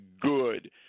good